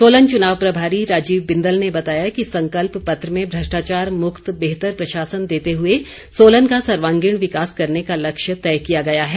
सोलन चुनाव प्रभारी राजीव बिंदल ने बताया कि संकल्प पत्र में भ्रष्टाचार मुक्त बेहतर प्रशासन देते हुए सोलन का सर्वागीण विकास करने का लक्ष्य तय किया गया है